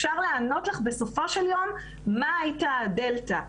אפשר לענות לך בסופו של יום מה הייתה הדלתא.